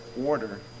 order